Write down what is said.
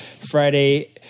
Friday